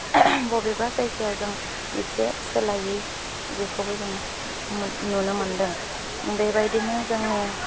बबेबा जायगायाव जों एसे सोलायै बेखौबो जों नुनो मोन्दों बेबायदिनो जोंनि